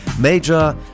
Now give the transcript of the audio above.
major